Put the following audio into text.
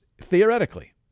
theoretically